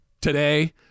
today